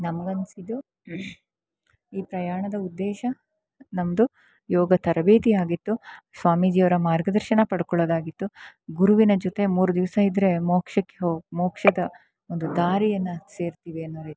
ನಮಗನ್ಸಿದ್ದು ಈ ಪ್ರಯಾಣದ ಉದ್ದೇಶ ನಮ್ಮದು ಯೋಗ ತರಬೇತಿಯಾಗಿತ್ತು ಸ್ವಾಮೀಜಿಯವರ ಮಾರ್ಗದರ್ಶನ ಪಡ್ಕೊಳ್ಳೋದಾಗಿತ್ತು ಗುರುವಿನ ಜೊತೆ ಮೂರು ದಿವಸ ಇದ್ರೆ ಮೋಕ್ಷಕ್ಕೆ ಹೋಗು ಮೋಕ್ಷದ ಒಂದು ದಾರಿಯನ್ನು ಸೇರ್ತೀವಿ ಅನ್ನೋ ರೀತಿ